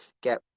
get